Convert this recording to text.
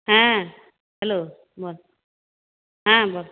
হ্যাঁ হ্যালো বল হ্যাঁ বল